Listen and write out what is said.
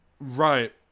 Right